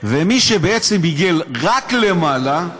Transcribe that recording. מי שבעצם עיגל רק למעלה,